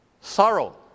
sorrow